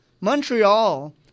Montreal